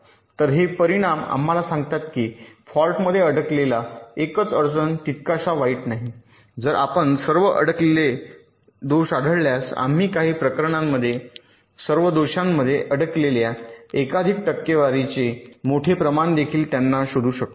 तर हे परिणाम आम्हाला सांगतात की फॉल्टमध्ये अडकलेला एकच अडचण तितकासा वाईट नाही जर आपण सर्व अडकलेले आढळल्यास दोष आम्ही काही प्रकरणांमध्ये सर्व दोषांमधे अडकलेल्या एकाधिक टक्केवारीचे मोठे प्रमाण देखील त्यांना शोधू शकतो